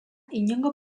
inongo